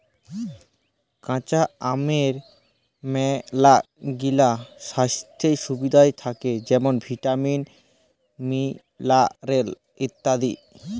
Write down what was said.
কাঁচা আমের ম্যালাগিলা স্বাইস্থ্য সুবিধা থ্যাকে যেমল ভিটামিল, মিলারেল ইত্যাদি